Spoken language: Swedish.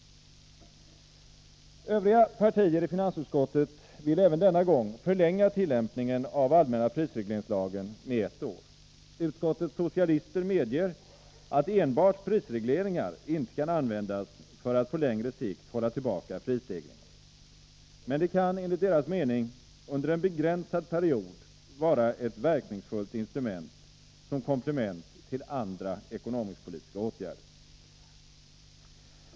Övriga partier i finansutskottet vill även denna gång förlänga tillämpningen av allmänna prisregleringslagen med ett år. Utskottets socialister medger att enbart prisregleringar inte kan användas för att på längre sikt hålla tillbaka prisstegringen. Men de kan enligt deras mening under en begränsad period vara ett verkningsfullt instrument som komplement till andra ekonomisk-politiska åtgärder.